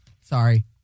Sorry